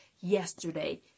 yesterday